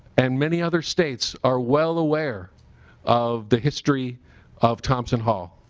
and many other states are well aware of the history of thompson hall.